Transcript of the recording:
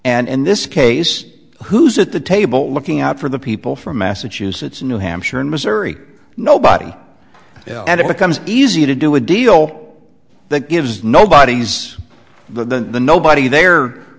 and in this case who's at the table looking out for the people from massachusetts new hampshire and missouri nobody and it becomes easy to do a deal that gives nobody's the nobody the